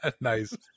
nice